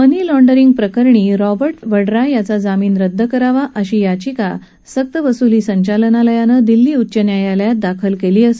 मनीलाँड्रिंगप्रकरणी Robert Vadra यांचा जामीन रद्द करावा अशी याचिका सक्तवसुली संचालनालयानं दिल्ली उच्च न्यायालयात दाखल केली आहे